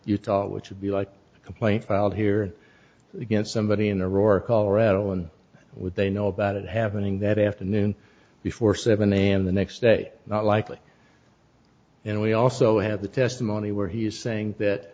utah which would be like a complaint filed here against somebody in the ror colorado and would they know about it happening that afternoon before seven am the next day not likely and we also have the testimony where he is saying that